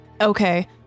Okay